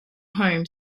home